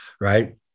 right